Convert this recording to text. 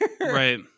Right